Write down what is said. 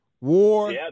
War